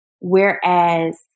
whereas